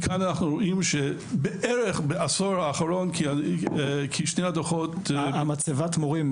מכאן אנחנו רואים שבעשור האחרון --- מה מקור הנתון על מצבת המורים?